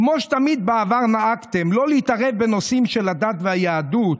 כמו שתמיד בעבר נהגתם לא להתערב בנושאים של הדת והיהדות,